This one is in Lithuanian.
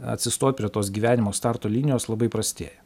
atsistot prie tos gyvenimo starto linijos labai prastėja